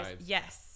yes